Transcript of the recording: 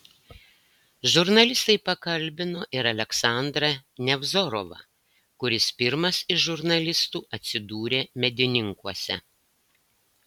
žurnalistai pakalbino ir aleksandrą nevzorovą kuris pirmas iš žurnalistų atsidūrė medininkuose